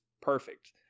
perfect